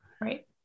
right